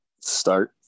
Start